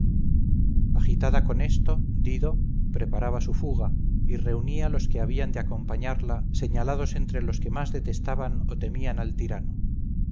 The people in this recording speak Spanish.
agitada con esto dido preparaba su fuga y reunía los que habían de acompañarla señalados entre los que más detestaban o temían al tirano